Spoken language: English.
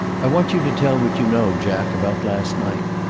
i want you to tell what you know, jack, about last night.